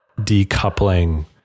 decoupling